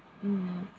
mm